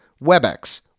WebEx